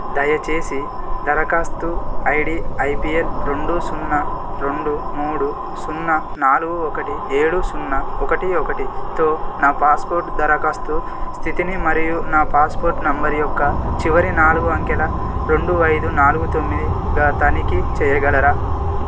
దయచేసి దరఖాస్తు ID IPL రెండు సున్నా రెండు మూడు సున్నా నాలుగు ఒకటి ఏడు సున్నా ఒకటి ఒకటితో నా పాస్పోర్ట్ దరఖాస్తు స్థితిని మరియు నా పాస్పోర్ట్ నంబర్ యొక్క చివరి నాలుగు అంకెల రెండు ఐదు నాలుగు తొమ్మిదిగా తనిఖీ చేయగలరా